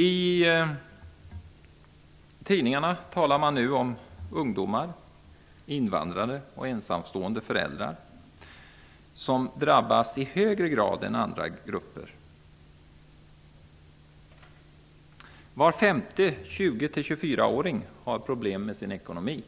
I tidningarna talar man nu om att ungdomar, invandrare och ensamstående föräldrar drabbas i högre grad än andra grupper. Var femte 20--24-åring har problem med sin ekonomi.